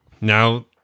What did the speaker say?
now